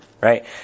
Right